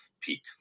peak